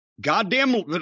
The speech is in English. goddamn